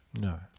No